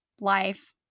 life